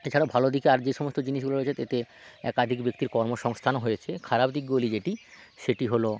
এছাড়া ভালো দিকে আর যে সমস্ত জিনিসগুলো রয়েছে তেতে একাধিক ব্যক্তির কর্মসংস্থান হয়েছে খারাপ দিকগুলি যেটি সেটি হলো